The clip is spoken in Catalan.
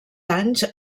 anys